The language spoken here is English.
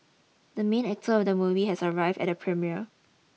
the main actor of the movie has arrived at the premiere